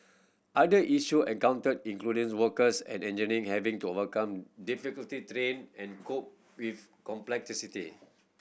other issue encountered includes workers and engineer having to overcome difficult terrain and cope with complexity